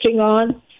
on